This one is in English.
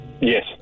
Yes